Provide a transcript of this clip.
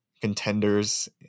contenders